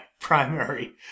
primary